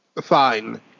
fine